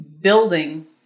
building